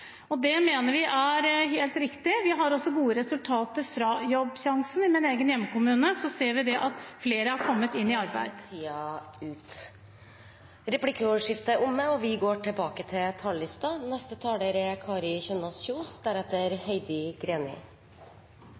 arbeidslivet. Det mener vi er helt riktig. Vi har også gode resultater fra Jobbsjansen. I min egen hjemkommune ser vi at flere har kommet i arbeid. Replikkordskiftet er omme. Innvandringen har gjort oss til en mer mangfoldig nasjon, på godt og vondt. Migrasjonskrisen i Europa førte til